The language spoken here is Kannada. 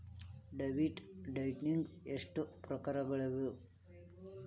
ಡೆಬಿಟ್ ಡೈಟ್ನ್ಯಾಗ್ ಎಷ್ಟ್ ಪ್ರಕಾರಗಳವ?